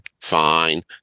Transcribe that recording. fine